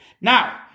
Now